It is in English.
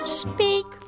speak